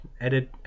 edit